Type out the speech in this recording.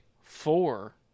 four